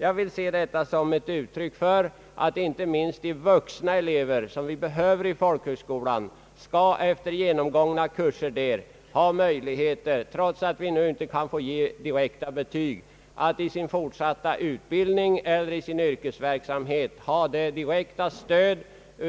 Jag säger detta som ett uttryck för en förhoppning att de vuxna elever som genomgått folkhögskolan, trots att de inte kan få direkta betyg, i sin fortsatta utbildning eller yrkesverksamhet skall ha samma stöd